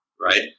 Right